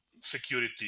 security